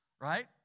Right